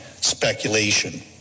speculation